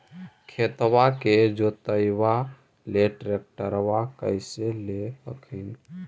खेतबा के जोतयबा ले ट्रैक्टरबा कैसे ले हखिन?